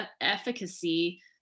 efficacy